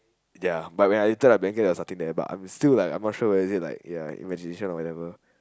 ya but when I I was talking to the air but I still like I'm not sure whether it's like ya whether it was my imagination or whatever